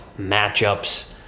matchups